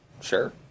Sure